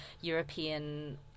European